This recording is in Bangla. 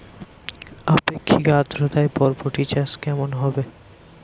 আপেক্ষিক আদ্রতা বরবটি চাষ কেমন হবে?